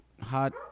hot